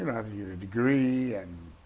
have your degree and